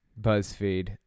BuzzFeed